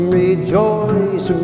rejoice